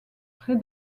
près